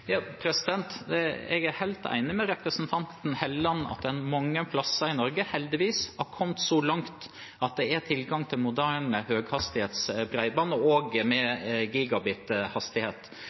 Jeg er helt enig med representanten Helleland i at en mange plasser i Norge – heldigvis – har kommet så langt at det er tilgang til moderne høyhastighets bredbånd også med